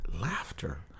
Laughter